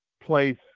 place